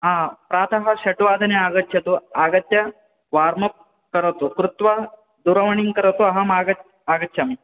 प्रातः षड् वादने आगच्छतु आगत्य वार्मप् करोतु कृत्वा दूरवाणीं करोतु अहम् आगच् आगच्छामि